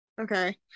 Okay